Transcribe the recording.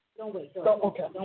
Okay